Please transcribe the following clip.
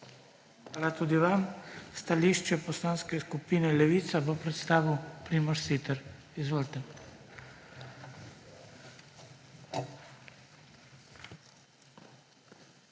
Hvala tudi vam. Stališče Poslanske skupine Levica bo predstavil Primož Siter. Izvolite.